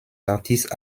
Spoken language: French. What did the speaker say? artistes